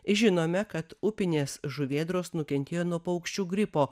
žinome kad upinės žuvėdros nukentėjo nuo paukščių gripo